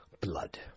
blood